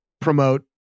promote